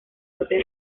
propia